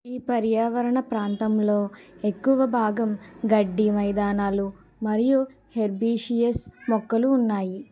ఈ పర్యావరణ ప్రాంతంలో ఎక్కువ భాగం గడ్డి మైదానాలు మరియు హెర్బేషియస్ మొక్కలు ఉన్నాయి